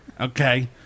Okay